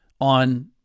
on